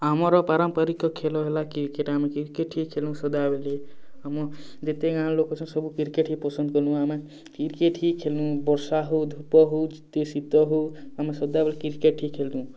ଆମର୍ ପାରମ୍ପାରିକ୍ ଖେଲ୍ ହେଲା କ୍ରିକେଟ୍ ଆମେ କ୍ରିକେଟ୍ ହିଁ ଖେଲୁଁ ସଦାବେଲେ ଆମ ଯେତେ ଗାଁ'ର୍ ଲୋକ୍ ଅଛନ୍ ସବୁ କ୍ରିକେଟ୍ ହିଁ ପସନ୍ଦ୍ କରୁଁ ଆମେ କ୍ରିକେଟ୍ ହିଁ ଖେଲୁଁ ବର୍ଷା ହେଉ ଧୂପ ହେଉ ଯେତେ ଶୀତ ହେଉ ଆମେ ସଦାବେଲେ କ୍ରିକେଟ୍ ହିଁ ଖେଲୁଁ